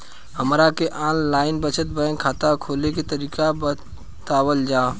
हमरा के online बचत बैंक खाता खोले के तरीका बतावल जाव?